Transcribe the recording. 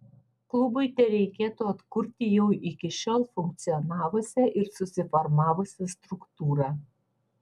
klubui tereikėtų atkurti jau iki šiol funkcionavusią ir susiformavusią struktūrą